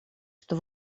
что